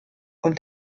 und